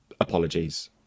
apologies